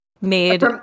made